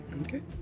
Okay